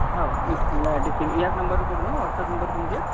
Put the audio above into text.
हो मीच तुम्हाला ॲड्रेस सेंड याच नंबरवर करू ना व्हाट्सअप नंबर तुमच्या